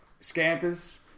Scampers